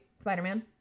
Spider-Man